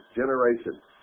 generations